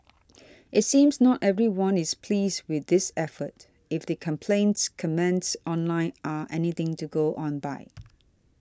it seems not everyone is pleased with this effort if the complaints comments online are anything to go on by